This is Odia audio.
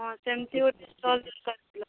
ହଁ ସେମିତି ଷ୍ଟଲ୍ ଦରକାର ଥିଲା